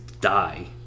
die